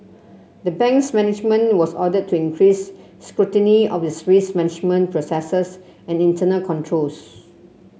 the bank's management was ordered to increase scrutiny of its risk management processes and internal controls